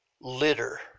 litter